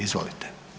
Izvolite.